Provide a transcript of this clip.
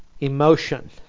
emotion